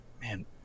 man